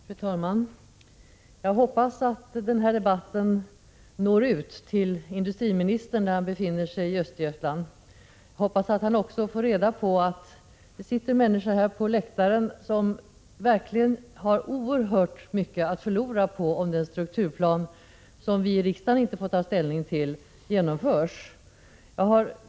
Fru talman! Jag hoppas att den här debatten når ut till industriministern där han befinner sig — i Östergötland. Jag hoppas också att han får reda på att det här på läktaren sitter människor som verkligen har oerhört mycket att förlora om den strukturplan som vi i riksdagen inte får ta ställning till genomförs.